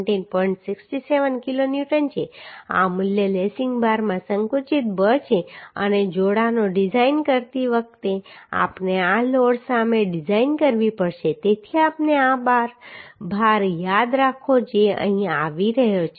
67 kilonewton છે આ મૂલ્ય લેસિંગ બારમાં સંકુચિત બળ છે અને જોડાણો ડિઝાઇન કરતી વખતે આપણે આ લોડ સામે ડિઝાઇન કરવી પડશે તેથી આપણે આ ભાર યાદ રાખો જે અહીં આવી રહ્યો છે